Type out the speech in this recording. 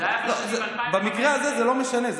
לא משנה,